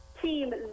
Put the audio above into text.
team